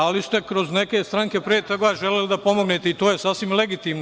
Ali ste kroz neke stranke pre toga želeli da pomognete i to je sasvim legitimno.